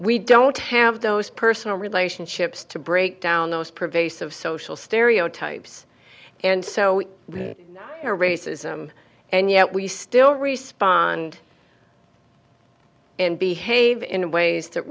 we don't have those personal relationships to break down those pervasive social stereotypes and so racism and yet we still respond and behave in ways that